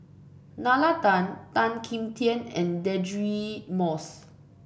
Nalla Tan Tan Kim Tian and Deirdre Moss